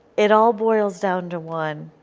it all boils down to one.